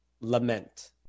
lament